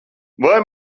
vai